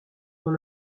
dans